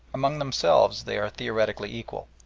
among themselves they are theoretically equal.